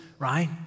Right